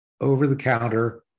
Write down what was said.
over-the-counter